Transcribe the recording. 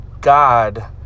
God